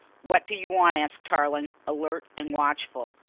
what do you want? asked tarling, alert and watchful.